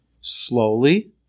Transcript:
slowly